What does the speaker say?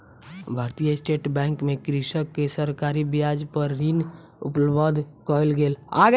भारतीय state bank मे कृषक के सरकारी ब्याज पर ऋण उपलब्ध कयल गेल